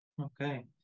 Okay